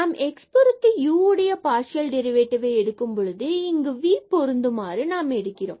நாம் x பொறுத்து u உடைய பார்சியல் டெரிவேட்டிவ்ஐ எடுக்கும்பொழுது இங்கு v பொருந்துமாறு நாம் எடுக்கிறோம்